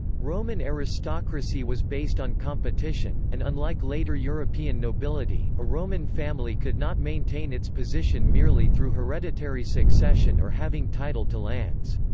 roman aristocracy was based on competition, and unlike later european nobility, a roman family could not maintain its position merely through hereditary succession or having title to lands.